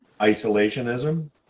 isolationism